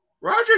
Roger